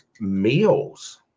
meals